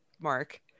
mark